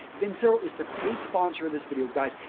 vincero is the paid sponsor of this video guys,